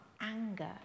anger